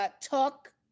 talk